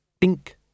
Dink